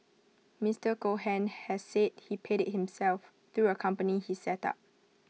Mister Cohen has said he paid IT himself through A company he set up